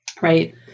right